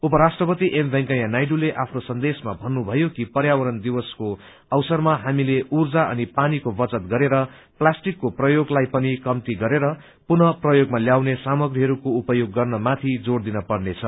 उपराष्ट्रपति एम वेंकैया नायडूले आफ्नो सन्देशमा भन्नुभयो कि पर्यावरण दिवसको अवसरमा हामी ऊर्जा अनि पानीको वचत गरेर प्लास्टिकको प्रयोगलाई पनि कम्ती गरेर पुनः प्रयोगमा ल्याउने सामग्रीहरूको उपयोग गर्नमाथि जोर दिनपर्नेछ